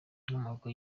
inkomoko